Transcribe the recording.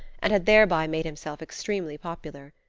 and had thereby made himself extremely popular.